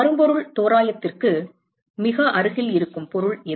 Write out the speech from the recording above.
கரும்பொருள் தோராயத்திற்கு மிக அருகில் இருக்கும் பொருள் எது